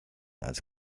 als